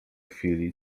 chwili